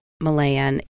Malayan